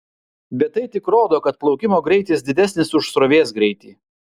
bet tai tik rodo kad plaukimo greitis didesnis už srovės greitį